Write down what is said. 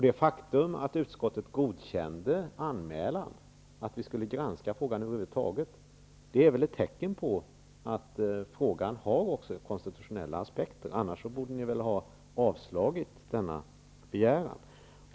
Det faktum att utskottet godkände anmälan att granska frågan över huvud taget är väl också ett tecken på att frågan har konstitutionella aspekter -- annars borde ni väl ha avslagit denna begäran?